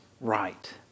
right